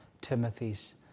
Timothy's